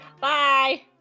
bye